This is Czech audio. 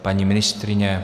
Paní ministryně?